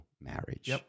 marriage